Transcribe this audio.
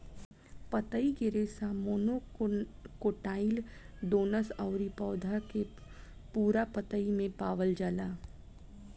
पतई के रेशा मोनोकोटाइलडोनस अउरी पौधा के पूरा पतई में पावल जाला